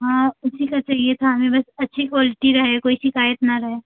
हाँ उसी का चाहिए था हमें बस अच्छी क्वालटी रहे कोई शिकायत ना रहे